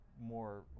more